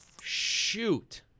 Shoot